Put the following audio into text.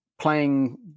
playing